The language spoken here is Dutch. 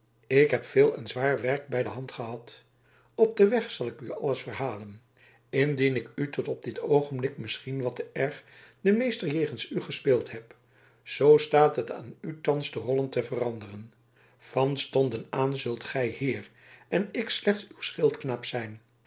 ik heb veel en zwaar werk bij de hand gehad op den weg zal ik u alles verhalen indien ik tot op dit oogenblik misschien wat te erg den meester jegens u gespeeld heb zoo staat het aan u thans de rollen te veranderen van stonden aan zult gij heer en ik slechts uw schildknaap zijn